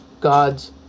God's